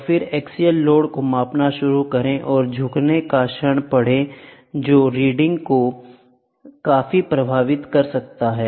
और फिर axial load को मापना शुरू करें और झुकने का क्षण पढ़ें जो रीडिंग को काफी प्रभावित कर सकता है